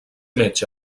metge